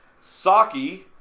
Saki